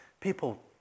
People